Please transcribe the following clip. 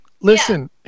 listen